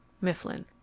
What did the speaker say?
Mifflin